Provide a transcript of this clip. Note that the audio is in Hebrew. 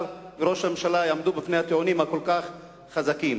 וראש הממשלה יעמדו בפני הטיעונים הכל-כך חזקים.